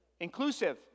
Inclusive